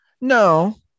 No